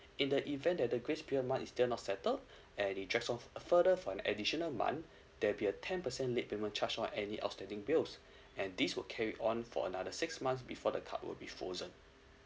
in the event that the glitch prior month is still not settled and it drag so further for an additional month there'll be a ten percent late payment charge on any outstanding bills and this will carry on for another six months before the card will be frozen